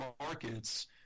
markets